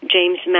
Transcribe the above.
James